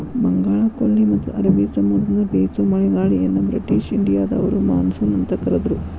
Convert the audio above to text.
ಬಂಗಾಳಕೊಲ್ಲಿ ಮತ್ತ ಅರಬಿ ಸಮುದ್ರದಿಂದ ಬೇಸೋ ಮಳೆಗಾಳಿಯನ್ನ ಬ್ರಿಟಿಷ್ ಇಂಡಿಯಾದವರು ಮಾನ್ಸೂನ್ ಅಂತ ಕರದ್ರು